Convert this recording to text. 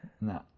No